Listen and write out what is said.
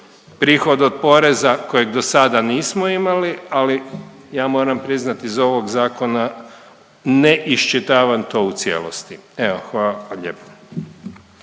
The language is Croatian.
prihod od poreza kojeg do sada nismo imali, ali ja moram priznati, iz ovog Zakona ne iščitavam to u cijelosti. Evo, hvala lijepo.